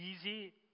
easy